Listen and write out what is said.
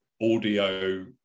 audio